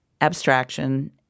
abstraction